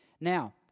Now